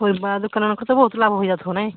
ପରିବା ଦୋକାନ ବହୁତ ଲାଭ ହେଇ ଯାଉଥିବ ନାଇ